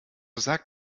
sagt